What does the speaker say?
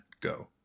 go